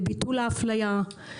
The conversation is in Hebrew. לביטול האפליה.